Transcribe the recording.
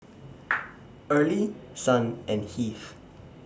Early Son and Heath